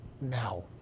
now